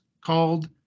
called